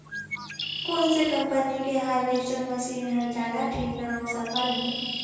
कोन से कम्पनी के हारवेस्टर मशीन हर जादा ठीन्ना अऊ सफल हे?